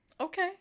Okay